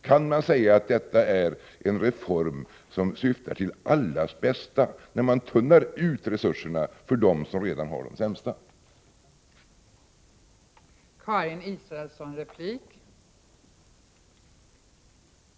Kan man säga att detta är en reform som syftar till allas bästa, när resurserna tunnas ut för dem som redan har de sämsta resurserna?